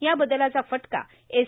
या बदलाचा फटका एस